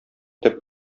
төп